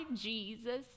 Jesus